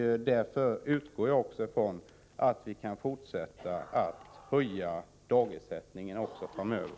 Därför utgår jag från att vi kan fortsätta att höja dagsersättningen också framöver.